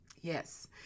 Yes